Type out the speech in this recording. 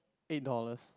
eight dollars